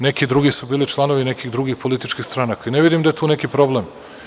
Neki drugi su bili članovi nekih drugih političkih stranaka i ne vidim da je tu neki problem.